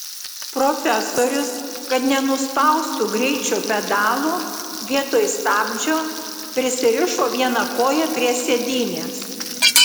profesorius kad nenuspaustų greičio pedalo vietoj stabdžio prisirišo vieną koją prie sėdynės